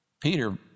Peter